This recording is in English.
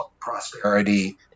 prosperity